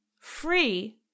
free